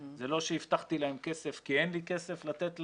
זה לא שהבטחתי להם כסף, כי אין לי כסף לתת להם,